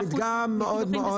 זה מדגם מאוד-מאוד,